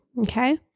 okay